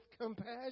compassion